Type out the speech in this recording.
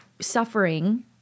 suffering